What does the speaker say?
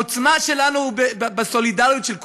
העוצמה שלנו היא בסולידריות של כולנו.